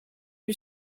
lui